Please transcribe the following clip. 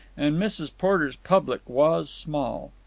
and mrs. porter's public was small.